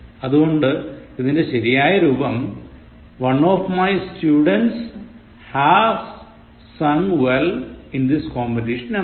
അതുകൊണ്ട് ഇതിൻറെ ശരിയായ രൂപം One of my students has sung well in this competition എന്നതാണ്